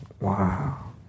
Wow